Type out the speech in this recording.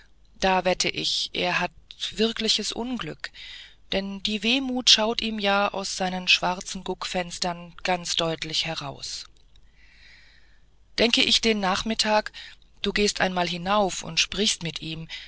da wette ich der hat wirkliches unglück denn die wehmut schaut ihm ja aus seinen schwarzen guckfenstern ganz deutlich heraus denke ich den nachmittag du gehst einmal hinauf und sprichst mit ihm